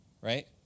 Right